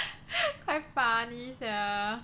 quite funny sia